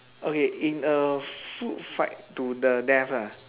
okay in a food fight to the death lah